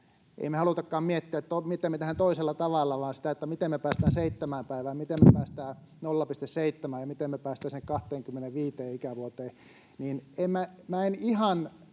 ei me halutakaan miettiä, miten me tehdään toisella tavalla vaan miten me päästään seitsemään päivään, miten me päästään 0,7:ään ja miten me päästään sinne 25 ikävuoteen. En minä